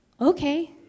Okay